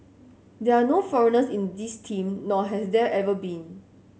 there are no foreigners in this team nor has there ever been